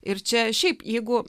ir čia šiaip jeigu